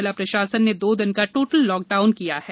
जिला प्रशासन ने दो दिन का टोटल लॉकडाउन किया है